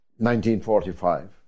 1945